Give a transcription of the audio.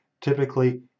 typically